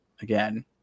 again